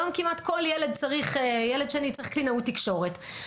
היום כמעט כל ילד שני צריך קלינאות תקשורת.